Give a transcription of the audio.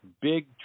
Big